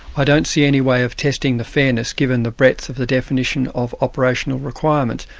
i don't see any way of testing the fairness, given the breadth of the definition of operational requirement,